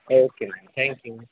okay ma'am thank you